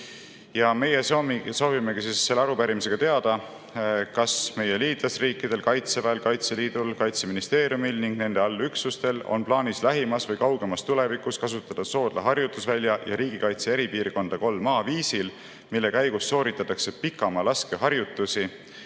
Meie soovimegi selle arupärimisega teada, kas meie liitlasriikidel, Kaitseväel, Kaitseliidul, Kaitseministeeriumil ning nende allüksustel on plaanis lähemas või kaugemas tulevikus kasutada Soodla harjutusvälja ja riigikaitse eripiirkonda 3A viisil, mille käigus sooritatakse pikamaa laskeharjutusi